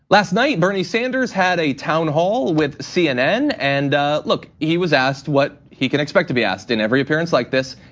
last night, bernie sanders had a town hall with cnn and look, he was asked what he can expect to be asked in every appearance like this.